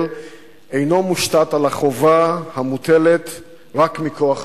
אינו מושתת על החובה המוטלת רק מכוח החוק,